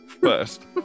first